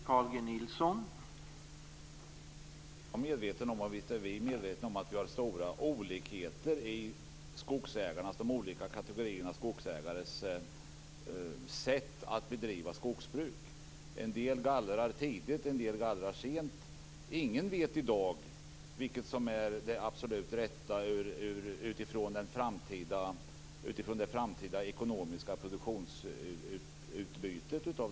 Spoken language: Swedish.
Herr talman! Visst är vi medvetna om att det finns stora olikheter i de olika skogsägarnas sätt att bedriva skogsbruk. En del gallrar tidigt, en del gallrar sent. Ingen vet i dag vilket som är det absolut rätta utifrån det framtida ekonomiska produktionsutbytet.